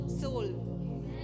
soul